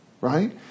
right